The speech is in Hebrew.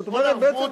זאת אומרת בעצם,